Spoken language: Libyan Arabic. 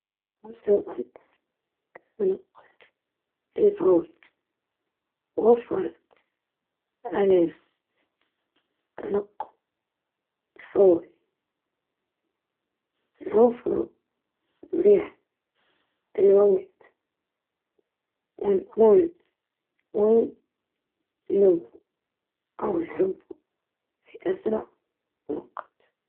الانتقال الفوري، لأنه يوفر وقت ومجهود، ونقدر نزور أي مكان بسرعة.